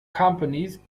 companies